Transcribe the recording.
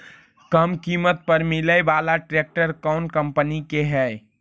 कम किमत पर मिले बाला ट्रैक्टर कौन कंपनी के है?